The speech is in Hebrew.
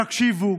תקשיבו,